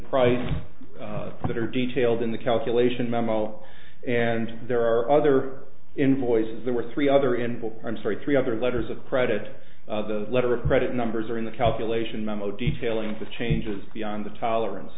price that are detailed in the calculation memo and there are other invoices there were three other in i'm sorry three other letters of credit the letter of credit numbers are in the calculation memo detailing the changes beyond the tolerance